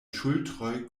ŝultroj